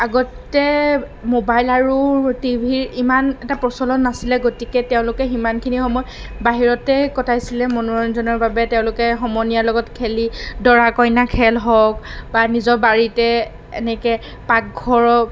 আগতে মোবাইল আৰু টি ভিৰ ইমান এটা প্ৰচলন নাছিলে গতিকে তেওঁলোকে সিমানখিনি সময় বাহিৰতে কটাইছিলে মনোৰঞ্জনৰ বাবে তেওঁলোকে সমনীয়াৰ লগত খেলি দৰা কইনা খেল হওক বা নিজৰ বাৰীতে এনেকৈ পাকঘৰত